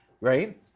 right